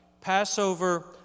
Passover